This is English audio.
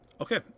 Okay